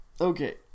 Okay